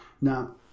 Now